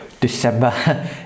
december